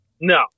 No